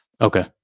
Okay